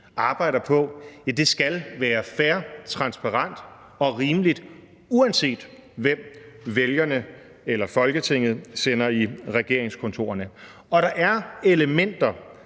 arbejder på, skal være fair, transparent og rimelig, uanset hvem vælgerne eller Folketinget sender ud i regeringskontorerne. Der er elementer,